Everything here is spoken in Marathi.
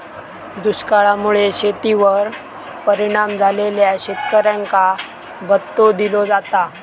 दुष्काळा मुळे शेतीवर परिणाम झालेल्या शेतकऱ्यांका भत्तो दिलो जाता